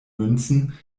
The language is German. münzen